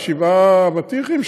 שבעה אבטיחים,